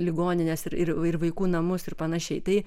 ligonines ir ir vaikų namus ir panašiai tai